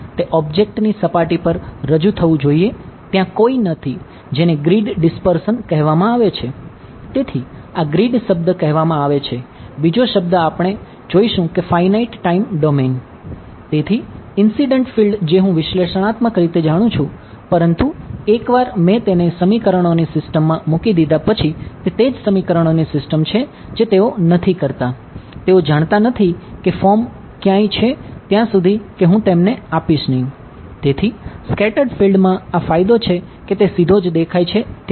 તેથી incident field માં આ ફાયદો છે કે તે સીધો જ દેખાય છે ત્યાં